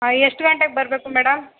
ಆಂ ಎಷ್ಟು ಗಂಟೆಗೆ ಬರಬೇಕು ಮೇಡಮ್